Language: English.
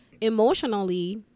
emotionally